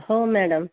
हो मॅडम